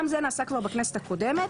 גם זה נעשה כבר בכנסת הקודמת,